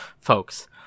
folks